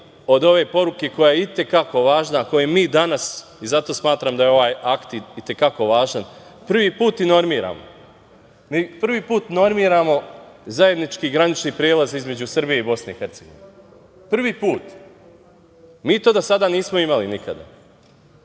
od ove poruke koja je i te kako važna koju mi danas, i zato smatram da je ovaj akt i te kako važan, prvi put i normiramo. Mi prvi put normiramo zajednički granični prelaz između Srbije i Bosne i Hercegovine. Prvi put, mi to do sada nismo imali nikada. Umesto